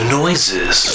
noises